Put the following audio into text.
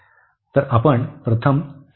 तर आपण प्रथम x ची लिमिट निश्चित करू